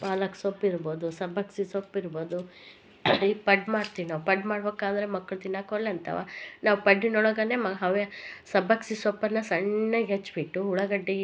ಪಾಲಕ್ ಸೊಪ್ಪು ಇರ್ಬೋದು ಸಬ್ಬಗ್ಸಿಗೆ ಸೊಪ್ಪು ಇರ್ಬೋದು ಈ ಪಡ್ಡು ಮಾಡ್ತೀವಿ ನಾವು ಪಡ್ಡು ಮಾಡ್ಬೇಕಾದರೆ ಮಕ್ಳು ತಿನ್ನಾಕ ಒಲ್ಲೆ ಅಂತಾವ ನಾವು ಪಡ್ಡಿನೊಳಗನೇ ಹವೇ ಸಬ್ಬಗ್ಸಿಗೆ ಸೊಪ್ಪನ್ನ ಸಣ್ಣಗ ಹೆಚ್ಬಿಟ್ಟು ಉಳಾಗಡ್ಡಿ